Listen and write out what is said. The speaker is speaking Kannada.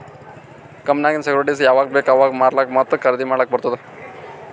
ಕಂಪನಿನಾಗಿಂದ್ ಸೆಕ್ಯೂರಿಟಿಸ್ಗ ಯಾವಾಗ್ ಬೇಕ್ ಅವಾಗ್ ಮಾರ್ಲಾಕ ಮತ್ತ ಖರ್ದಿ ಮಾಡ್ಲಕ್ ಬಾರ್ತುದ್